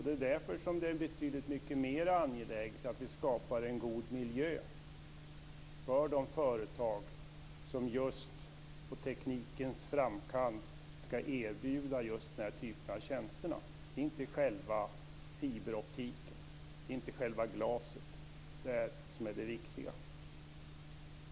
Det är därför som det är betydligt mycket mer angeläget att vi skapar en god miljö för de företag som på teknikens framkant ska erbjuda just den här typen av tjänster. Det är inte själva fiberoptiken, själva glaset, som är det viktiga.